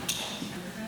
לזימי,